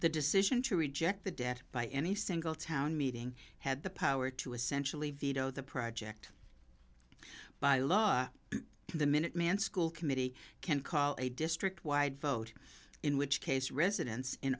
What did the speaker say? the decision to reject the debt by any single town meeting had the power to essentially veto the project by law the minuteman school committee can call a district wide vote in which case residents in